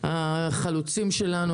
הם החלוצים שלנו,